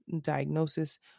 diagnosis